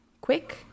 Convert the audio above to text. quick